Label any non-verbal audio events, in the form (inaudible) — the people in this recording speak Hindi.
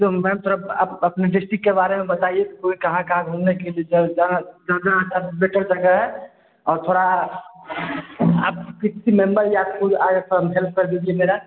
जो मैम थोड़ा सा आप अपने डिस्टिक के बारे में बताइए कोई कहाँ कहाँ घूमने की भी जगह कहाँ कहाँ बैटर जगह है और थोड़ा आपके (unintelligible) यात्री आए थे हेल्प कर दीजिए मेरी